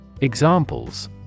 Examples